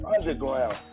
Underground